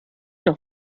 nach